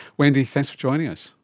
wendy, thanks for joining us.